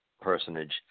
personage